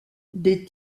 des